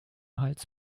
hals